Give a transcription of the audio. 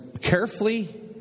carefully